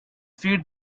feed